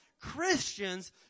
Christians